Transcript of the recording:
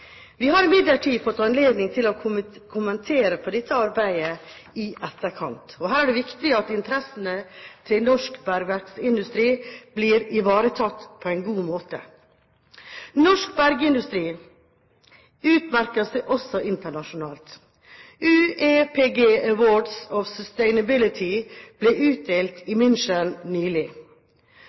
Vi har imidlertid fått anledning til å kommentere dette arbeidet i etterkant. Her er det viktig at interessene til norsk bergverksindustri blir ivaretatt på en god måte. Norsk bergindustri utmerker seg også internasjonalt. UEPG Awards of Sustainability ble utdelt i München nylig.